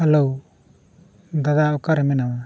hello ᱫᱟᱫᱟ ᱚᱠᱟᱨᱮ ᱢᱮᱱᱟᱢᱟ